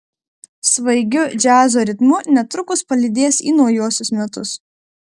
svaigiu džiazo ritmu netrukus palydės į naujuosius metus